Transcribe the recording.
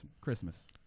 Christmas